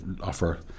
offer